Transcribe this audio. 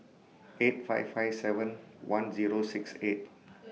eight five five seven one Zero six eight